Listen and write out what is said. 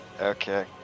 Okay